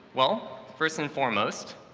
well, first and foremost,